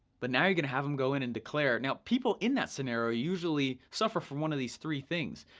but now you're going to have them go in and declare, now people in that scenario usually suffer from one of these three things,